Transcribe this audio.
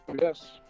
Yes